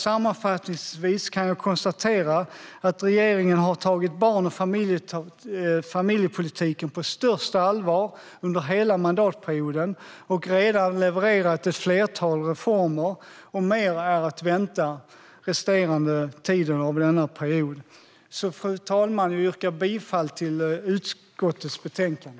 Sammanfattningsvis kan jag konstatera att regeringen har tagit barn och familjepolitiken på största allvar under hela mandatperioden och har redan levererat ett flertal reformer. Mer är att vänta resten av mandatperioden. Fru talman! Jag yrkar bifall till förslaget i utskottets betänkande.